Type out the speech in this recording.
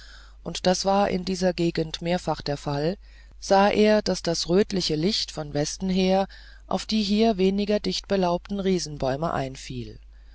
und das war in dieser gegend mehrfach der fall sah er daß das rötliche licht von westen her auf die hier weniger dicht belaubten riesenbäume einfiel